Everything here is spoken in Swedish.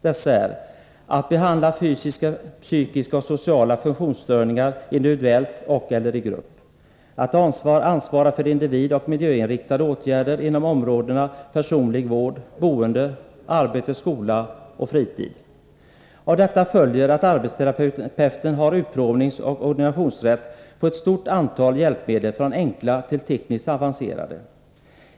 Dessa är: — att behandla fysiska, psykiska och sociala funktionsstörningar individuellt och skola och fritid. Av detta följer att arbetsterapeuten har utprovningsoch ordinationsrätt på ett stort antal hjälpmedel, från enkla till tekniskt avancerade.